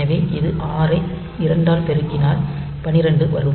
எனவே இது 6 ஐ 2 ஆல் பெருக்கினால் 12 வரும்